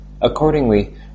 Accordingly